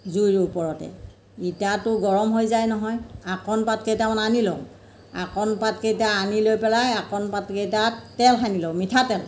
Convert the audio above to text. জুইৰ ওপৰতে ইটাটো গৰম হৈ যায় নহয় আকণ পাতকেইটামান আনি লওঁ আকণ পাতকেইটা আনি লৈ পেলাই আকণ পাতকেইটাত তেল সানি লওঁ মিঠাতেল